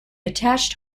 attached